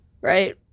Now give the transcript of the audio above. Right